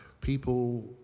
People